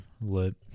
lit